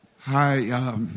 Hi